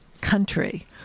country